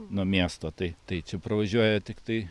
nuo miesto tai tai čia pravažiuoja tiktai